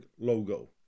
logo